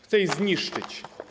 Chce ją zniszczyć.